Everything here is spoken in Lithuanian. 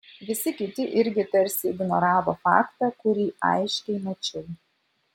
visi kiti irgi tarsi ignoravo faktą kurį aiškiai mačiau